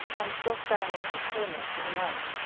and doss down in any corner for the night.